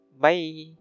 bye